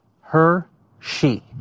her-she